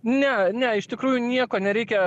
ne ne iš tikrųjų nieko nereikia